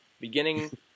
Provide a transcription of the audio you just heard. Beginning